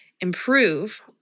improve